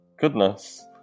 Goodness